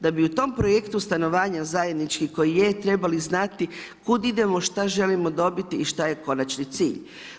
Da bi u tom projektu stanovanja, zajednički koji je trebali znati, kud idemo, šta želimo dobiti i šta je konačni cilj.